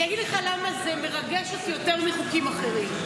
אגיד לך למה זה מרגש אותי יותר מחוקים אחרים.